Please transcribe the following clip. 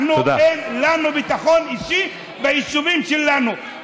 אנחנו, אין לנו ביטחון אישי ביישובים שלנו.